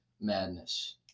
Madness